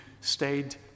stayed